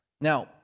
Now